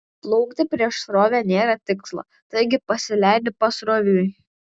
plaukti prieš srovę nėra tikslo taigi pasileidi pasroviui